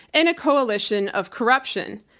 and a coalition of corruption.